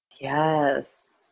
Yes